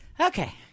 Okay